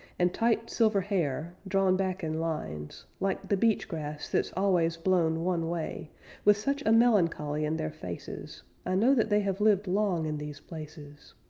and tight silver hair, drawn back in lines, like the beach grass that's always blown one way with such a melancholy in their faces i know that they have lived long in these places.